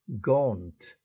Gaunt